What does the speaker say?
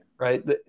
right